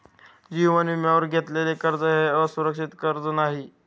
जीवन विम्यावर घेतलेले कर्ज हे असुरक्षित कर्ज नाही